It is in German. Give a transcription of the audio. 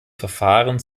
verfahren